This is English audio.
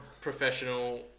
Professional